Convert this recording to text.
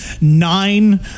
nine